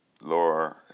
Laura